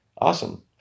Awesome